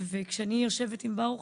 וכשאני יושבת עם ברוך,